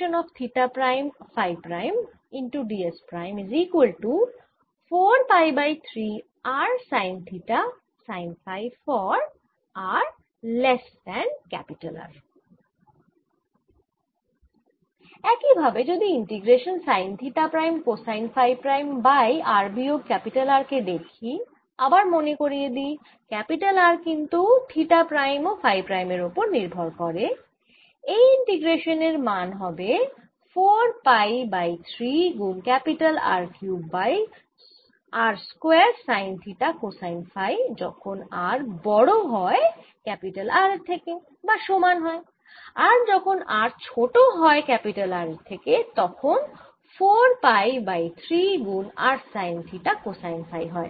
ভাবে যদি integration sine theta prime cosine phi prime by r বিয়োগ R কে দেখি আবার মনে করিয়ে দিই ক্যাপিটাল R কিন্তু থিটা প্রাইম ও ফাই প্রাইমের ওপরে নির্ভর করে এই ইন্টিগ্রেশান এর সমান হবে 4 পাই বাই 3 গুন R cube by r square sine theta cosine phi যখন r বড় হয় R এর থেকে বা সমান হয় আর যখন r ছোট হয় R এর থেকে তখন 4 পাই বাই 3 গুন r sine theta cosine phi হয়